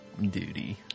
Duty